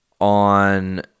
on